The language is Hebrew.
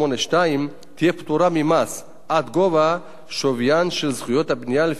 תהיה פטורה ממס עד גובה שוויין של זכויות הבנייה לפי התמ"א,